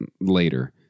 later